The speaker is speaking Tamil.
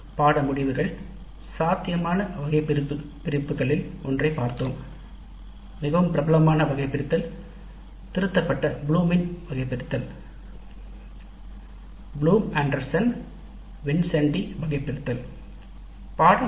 நாங்கள் பாடநெறி முடிவுகளை எழுதுவதற்கு சாத்தியமான வகைபிரிப்புகளில் மிகவும் பிரபலமான ஒன்றைப் பார்த்தோம் "திருத்தப்பட்ட ப்ளூமின் வகைபிரித்தல்" "ப்ளூம் ஆண்டர்சன் வின்சென்டி வகைபிரித்தல்"